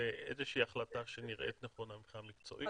ואיזו שהיא החלטה שנראית נכונה מבחינה מקצועית.